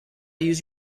use